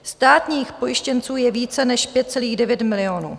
Státních pojištěnců je více než 5,9 milionu.